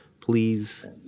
please